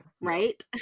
right